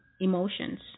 emotions